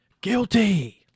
guilty